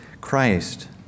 Christ